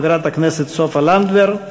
חברת הכנסת סופה לנדבר.